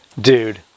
Dude